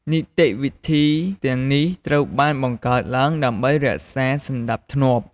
នីតិវិធីទាំងនេះត្រូវបានបង្កើតឡើងដើម្បីរក្សាសណ្តាប់ធ្នាប់។